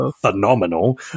phenomenal